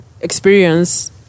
experience